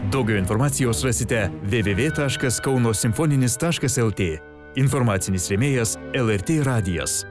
daugiau informacijos rasite www taškas kauno simfoninis taškas lt informacinis rėmėjas lrt radijas